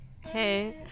Hey